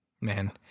Man